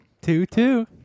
Two-two